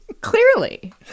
Clearly